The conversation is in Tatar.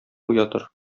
уятыр